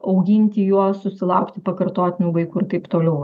auginti juos susilaukti pakartotinių vaikų ir taip toliau